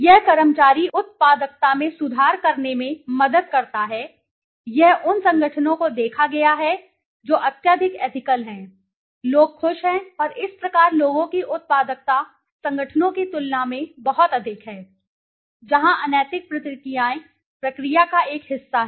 यह कर्मचारी उत्पादकता में सुधार करने में मदद करता है यह उन संगठनों को देखा गया है जो अत्यधिक एथिकल हैं लोग खुश हैं और इस प्रकार लोगों की उत्पादकता संगठनों की तुलना में बहुत अधिक है जहां अनैतिक प्रक्रियाएं प्रक्रिया का एक हिस्सा हैं